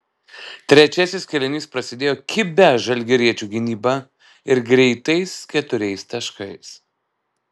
trečiasis kėlinys prasidėjo kibia žalgiriečių gynyba ir greitais keturiais taškais